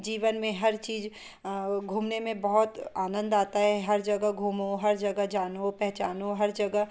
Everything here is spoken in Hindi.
जीवन में हर चीज़ घूमने में बहुत आनंद आता है हर जगह घुमो हर जगह जानो पहचानो हर जगह